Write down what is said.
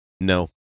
No